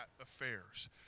affairs